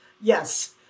Yes